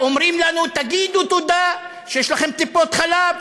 אומרים לנו: תגידו תודה שיש לכם טיפות-חלב,